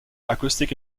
acoustic